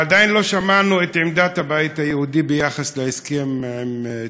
עדיין לא שמענו את עמדת הבית היהודי ביחס להסכם עם טורקיה.